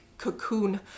cocoon